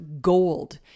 gold